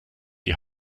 die